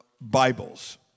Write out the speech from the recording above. Bibles